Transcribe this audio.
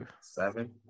seven